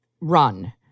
run